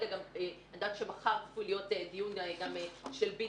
אני יודעת שמחר צפוי להיות דיון של ביט